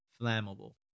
flammable